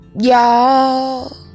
y'all